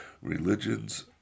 Religions